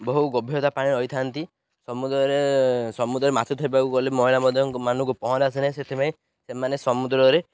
ବହୁ ଗଭୀରତା ପାଣିରେ ରହିଥାନ୍ତି ସମୁଦ୍ରରେ ସମୁଦ୍ରରେ ମାଛ ଧୋଇବାକୁ ଗଲେ ମହିଳା ମଧ୍ୟ ମାନଙ୍କୁ ପହଁରା ଆସେ ନାହିଁ ସେଥିପାଇଁ ସେମାନେ ସମୁଦ୍ରରେ